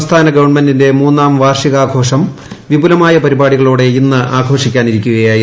സംസ്ഥാന ഗവൺമെന്റിന്റെ മൂന്നാം വാർഷികാഘോഷം വിപുലമായ പരിപാടികളോടെ ഇന്നു ആഘോഷിക്കാനിരിക്കുകയായിരുന്നു